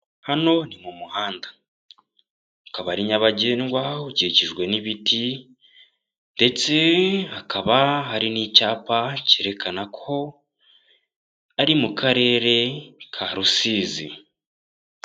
Hano ni mu muhanda, ukaba ari nyabagendwa ukikijwe n'ibiti ndetse hakaba hari n'icyapa cyerekana ko ari mu karere ka Rusizi.